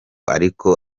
ariko